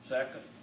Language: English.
Second